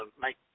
make